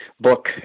book